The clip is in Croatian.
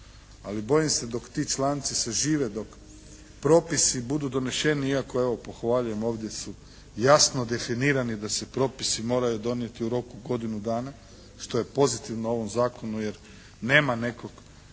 ali bojim se dok ti članci sažive, dok propisi budu doneseni iako evo pohvaljujem, ovdje su jasno definirani da se propisi moraju donijeti u roku godinu dana što je pozitivno u ovom Zakonu jer nema nekog